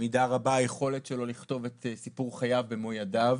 במידה רבה היכולת שלו לכתוב את סיפור חייו במו ידיו.